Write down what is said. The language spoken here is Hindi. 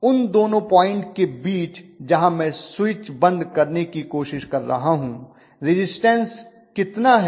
उन दो पॉइंट के बीच जहां मैं स्विच बंद करने की कोशिश कर रहा हूं रिज़िस्टन्स कितना है